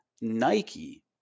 Nike